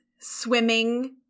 swimming